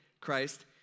Christ